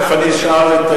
תיכף אני אשאל.